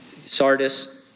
Sardis